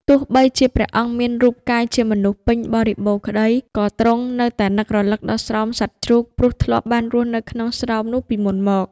ទោះបីជាព្រះអង្គមានរូបកាយជាមនុស្សពេញបរិបូរណ៍ក្តី ក៏ទ្រង់នៅតែនឹករលឹកដល់ស្រោមសត្វជ្រូក ព្រោះធ្លាប់បានរស់នៅក្នុងស្រោមនោះពីមុនមក។